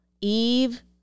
Eve